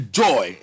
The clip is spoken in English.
joy